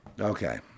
Okay